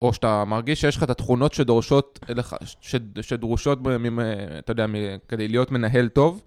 או שאתה מרגיש שיש לך את התכונות שדרושות, אין לך, שדרושות בימים, אתה יודע, כדי להיות מנהל טוב.